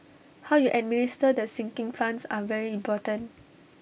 how you administer the sinking funds are very important